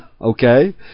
okay